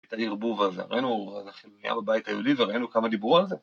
אתה ירבו ואז הראינו איך נהיה בבית היהודי וראינו כמה דיברו על זה